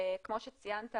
כמו שציינת,